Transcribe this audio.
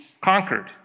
conquered